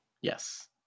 Yes